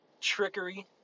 trickery